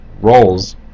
roles